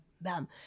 bam